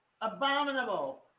abominable